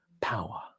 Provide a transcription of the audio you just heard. power